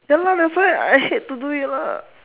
ya that's why I hate to do it lah